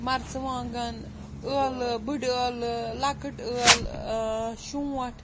مَرژٕوانٛگَن ٲلہٕ بٔڈٕ ٲلہٕ لَکٕٹ ٲلہٕ شوٗنٛٹھ